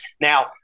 Now